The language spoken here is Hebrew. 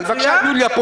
אז בבקשה יוליה,